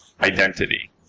identity